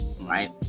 Right